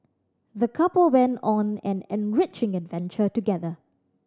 the couple went on an enriching adventure together